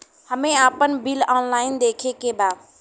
हमे आपन bill online देखे के बा?